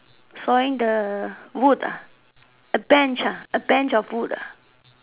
sawing the wood Bench a Bench of wood